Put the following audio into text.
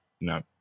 No